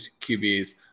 QBs